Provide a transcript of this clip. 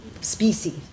species